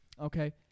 okay